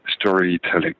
storytelling